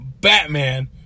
Batman